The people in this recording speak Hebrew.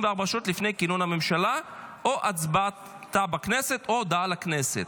שעות לפני כינון הממשלה או הצבעתה בכנסת או הודעה לכנסת".